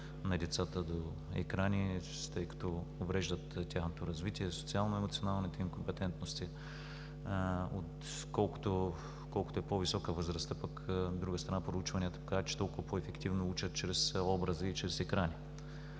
на децата до екрани, тъй като увреждат тяхното развитие, социално-емоционалните им компетентности. Колкото е по-висока възрастта пък, от друга страна, проучванията показват, че толкова по-ефективно учат чрез образи и чрез екрани.